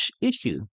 issue